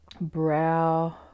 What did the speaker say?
brow